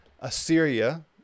Assyria